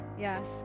Yes